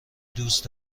دوست